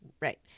Right